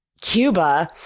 Cuba